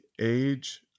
Age